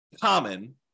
common